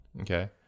Okay